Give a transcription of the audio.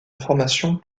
information